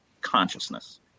consciousness